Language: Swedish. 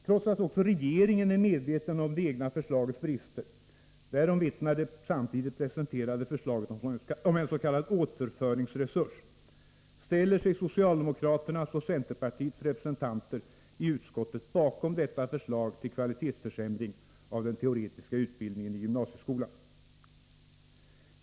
Trots att också regeringen är medveten om det egna förslagets brister — därom vittnar det samtidigt presenterade förslaget om en s.k. återföringsresurs — ställer sig socialdemokratins och centerpartiets representanter i utskottet bakom detta förslag till kvalitetsförsämring av den teoretiska utbildningen i gymnasieskolan.